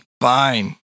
Fine